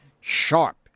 sharp